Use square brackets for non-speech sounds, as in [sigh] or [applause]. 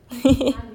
[laughs]